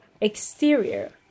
exterior